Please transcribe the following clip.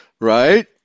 right